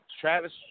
Travis